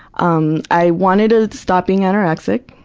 um i wanted to stop being anorexic.